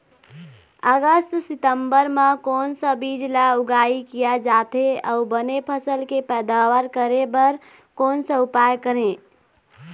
अगस्त सितंबर म कोन सा बीज ला उगाई किया जाथे, अऊ बने फसल के पैदावर करें बर कोन सा उपाय करें?